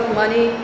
money